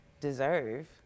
deserve